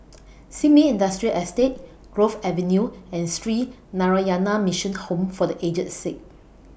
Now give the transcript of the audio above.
Sin Ming Industrial Estate Grove Avenue and Sree Narayana Mission Home For The Aged Sick